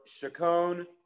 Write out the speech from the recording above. Chacon